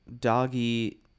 doggy